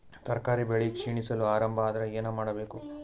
ತರಕಾರಿ ಬೆಳಿ ಕ್ಷೀಣಿಸಲು ಆರಂಭ ಆದ್ರ ಏನ ಮಾಡಬೇಕು?